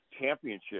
championship